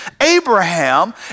Abraham